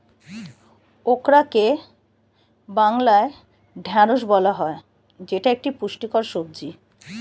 ওকরাকে বাংলায় ঢ্যাঁড়স বলা হয় যেটা একটি পুষ্টিকর সবজি